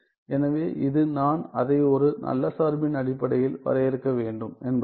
எனவே இது நான் அதை ஒரு நல்ல சார்பின் அடிப்படையில் வரையறுக்க வேண்டும் என்பதாகும்